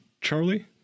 Charlie